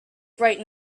bright